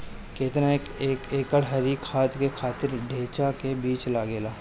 केतना एक एकड़ हरी खाद के खातिर ढैचा के बीज लागेला?